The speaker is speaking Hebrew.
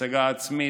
הצגה עצמית,